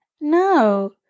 No